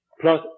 Plus